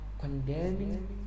condemning